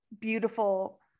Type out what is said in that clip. beautiful